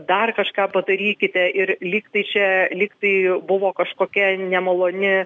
dar kažką padarykite ir lyg tai čia lyg tai buvo kažkokia nemaloni